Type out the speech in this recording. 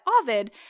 Ovid